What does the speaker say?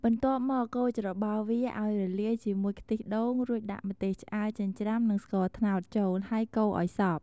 បន្ទាប់មក កូរច្របល់វាអោយរលាយជាមួយខ្ទិះដូង រួចដាក់ម្ទេសឆ្អើរចិញ្រ្ចាំនិងស្ករត្នោតចូល ហើយកូរអោយសព្វ។